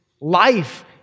life